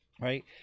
right